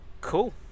cool